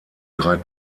drei